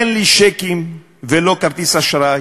אין לי צ'קים ולא כרטיס אשראי,